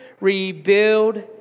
rebuild